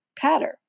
pattern